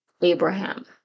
Abraham